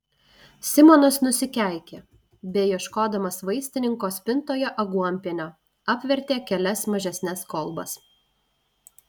simonas nusikeikė beieškodamas vaistininko spintoje aguonpienio apvertė kelias mažesnes kolbas